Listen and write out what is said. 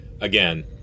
again